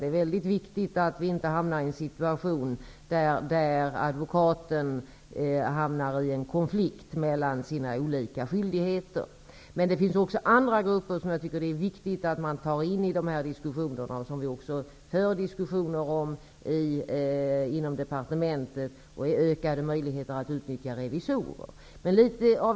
Det är mycket viktigt att vi inte får en situation där advokaten hamnar i en konflikt mellan sina olika skyldigheter. Det finns även andra grupper som jag tycker att det är viktigt att vi tar med i diskussionerna. Vi för i departementet diskussioner om ökade möjligheter att utnyttja revisorer.